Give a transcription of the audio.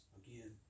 again